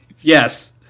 Yes